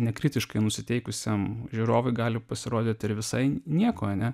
nekritiškai nusiteikusiam žiūrovui gali pasirodyti ir visai nieko ar ne